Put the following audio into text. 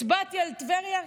הצבעתי על טבריה,